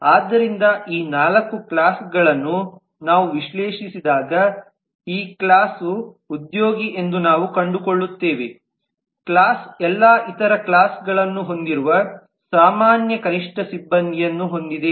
ಆದ್ದರಿಂದ ಈ ನಾಲ್ಕು ಕ್ಲಾಸ್ಗಳನ್ನು ನಾವು ವಿಶ್ಲೇಷಿಸಿದಾಗ ಈ ಕ್ಲಾಸ್ವು ಉದ್ಯೋಗಿ ಎಂದು ನಾವು ಕಂಡುಕೊಳ್ಳುತ್ತೇವೆ ಕ್ಲಾಸ್ ಎಲ್ಲಾ ಇತರ ಕ್ಲಾಸ್ಗಳನ್ನು ಹೊಂದಿರುವ ಸಾಮಾನ್ಯ ಕನಿಷ್ಠ ಸಿಬ್ಬಂದಿಯನ್ನು ಹೊಂದಿದೆ